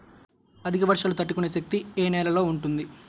అధిక వర్షాలు తట్టుకునే శక్తి ఏ నేలలో ఉంటుంది?